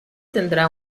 tendrá